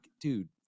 dude